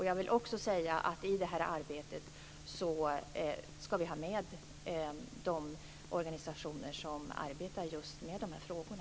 Jag vill också säga att vi i det här arbetet ska ha med de organisationer som arbetar just med de här frågorna.